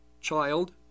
child